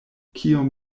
kiom